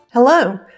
Hello